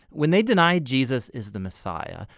when they deny jesus is the messiah,